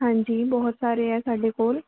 ਹਾਂਜੀ ਬਹੁਤ ਸਾਰੇ ਹੈ ਸਾਡੇ ਕੋਲ